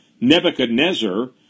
Nebuchadnezzar